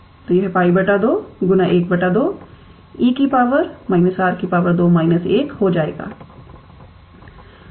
तो यह 𝜋 212 𝑒 −𝑅 2 − 1हो जाएगा